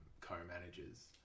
co-managers